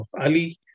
Ali